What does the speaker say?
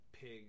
pig